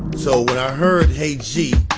so, when i heard, hey, g,